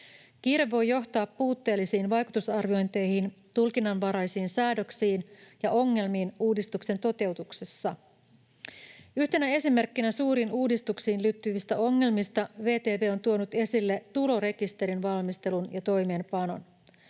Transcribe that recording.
Kiire voi johtaa puutteellisiin vaikutusarviointeihin, tulkinnanvaraisiin säädöksiin ja ongelmiin uudistuksen toteutuksessa. Yhtenä esimerkkinä suuriin uudistuksiin liittyvistä ongelmista VTV on tuonut esille tulorekisterin valmistelun ja toimeenpanon.